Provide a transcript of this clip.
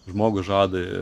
žmogus žada